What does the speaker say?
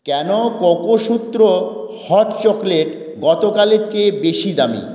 কেন কোকোসুত্র hot chocolate গতকালের চেয়ে বেশি দামী